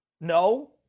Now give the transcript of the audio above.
No